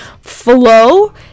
flow